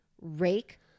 rake